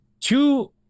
Two